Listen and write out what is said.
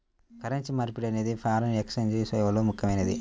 currency మార్పిడి అనేది foreign exchange సేవల్లో ముఖ్యమైనది